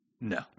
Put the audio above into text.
No